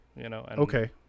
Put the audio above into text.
Okay